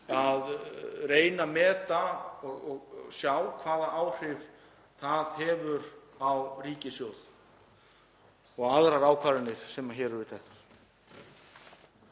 að reyna að meta og sjá hvaða áhrif það hefur á ríkissjóð sem og aðrar ákvarðanir sem hér eru teknar.